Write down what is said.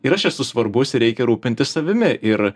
ir aš esu svarbus ir reikia rūpintis savimi ir